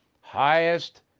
Highest